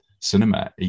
cinema